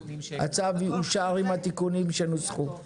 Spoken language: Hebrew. הצו יאושר עם התיקונים שנוסחו.